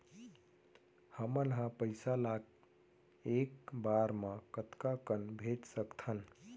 हमन ह पइसा ला एक बार मा कतका कन भेज सकथन?